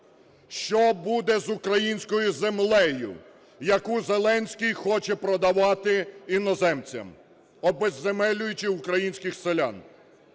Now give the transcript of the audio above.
що буде з українською землею, яку Зеленський хоче продавати іноземцям, обезземелюючи українських селян?